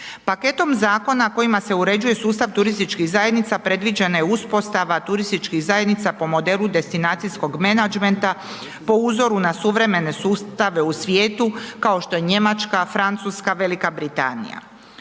Paketom zakona kojima se uređuje sustav turističkih zajednica predviđena je uspostava turističkih zajednica po modelu destinacijskog menadžmenta po uzoru na suvremene sustave u svijetu kao što je Njemačka, Francuska, Velika Britanija.